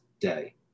day